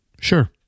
sure